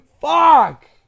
Fuck